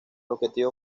objetivo